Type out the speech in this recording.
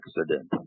accident